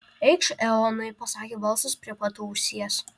eikš eonai pasakė balsas prie pat ausies